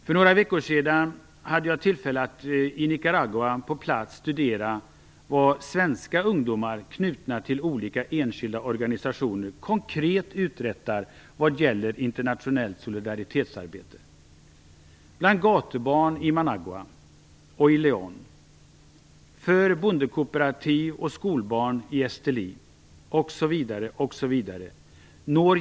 För några veckor sedan hade jag tillfälle att på plats i Nicaragua studera vad svenska ungdomar knutna till olika enskilda organisationer konkret uträttar vad gäller internationellt solidaritetsarbete bland gatubarn i Managua och León, för bondekooperativ och skolbarn i Esteli osv.